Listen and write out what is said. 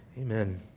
Amen